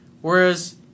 Whereas